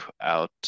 out